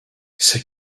c’est